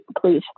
Please